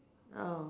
oh